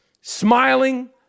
smiling